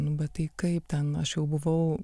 nu bet tai kaip ten aš jau buvau